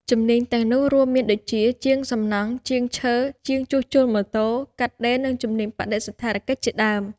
ជំនាញទាំងនោះរួមមានដូចជា ជាងសំណង់ ជាងឈើ ជាងជួសជុលម៉ូតូ កាត់ដេរ និងជំនាញបដិសណ្ឋារកិច្ចជាដើម។